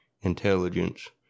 intelligence